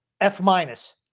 F-minus